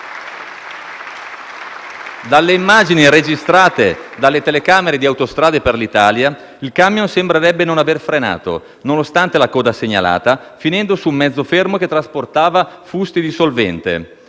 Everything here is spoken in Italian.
Dalle immagini registrate dalle telecamere di Autostrade per l'Italia, il camion sembrerebbe non aver frenato, nonostante la coda segnalata, finendo su un mezzo fermo che trasportava fusti di solvente.